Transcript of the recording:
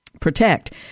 protect